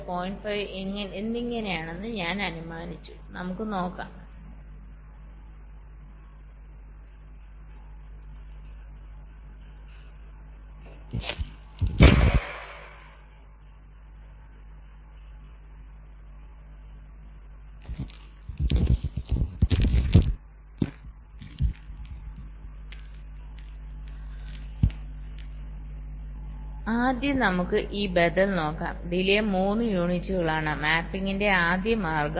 5 എന്നിങ്ങനെയാണെന്ന് ഞാൻ അനുമാനിച്ചു നമുക്ക് നോക്കാം ആദ്യം നമുക്ക് ഈ ബദൽ നോക്കാം ഡിലെ 3 യൂണിറ്റുകളാണ് മാപ്പിംഗിന്റെ ആദ്യ മാർഗം